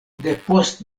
depost